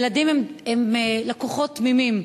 ילדים הם לקוחות תמימים.